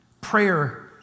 prayer